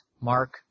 Mark